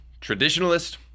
traditionalist